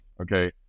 okay